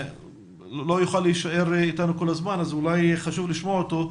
הוא לא יוכל להישאר איתנו כל הזמן וחשוב אולי לשמוע אותו,